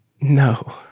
No